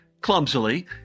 clumsily